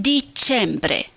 Dicembre